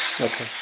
Okay